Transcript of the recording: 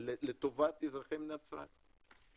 לטובת אזרחי מדינת ישראל.